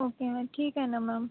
okay ठीक आहे ना मॅम